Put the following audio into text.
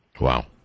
Wow